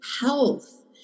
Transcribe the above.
health